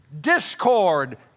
discord